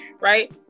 right